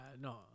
No